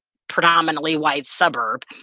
predominantly white suburb,